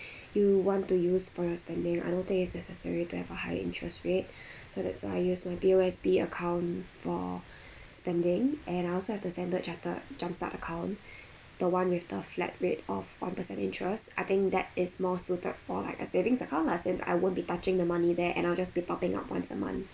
you want to use for your spending I don't think it's necessary to have a higher interest rate so that's why I use my P_O_S_B account for spending and I also have the standard chartered jumpstart account the one with the flat rate of one per cent interest I think that is more suited for like a savings account lah since I won't be touching the money there and I'll just be topping up once a month